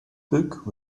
book